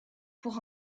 pour